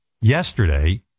yesterday